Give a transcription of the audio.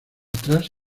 atrás